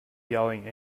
yelling